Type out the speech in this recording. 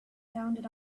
sounded